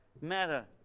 matter